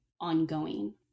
ongoing